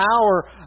power